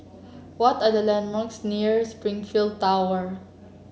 what are the landmarks near Springleaf Tower